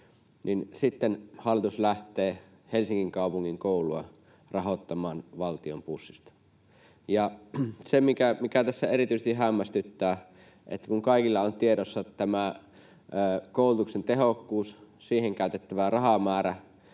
sitten hallitus lähtee Helsingin kaupungin koulua rahoittamaan valtion pussista. Ja se, mikä tässä erityisesti hämmästyttää: kun kaikilla on tiedossa tämä koulutuksen tehokkuus, siihen käytettävä rahamäärä,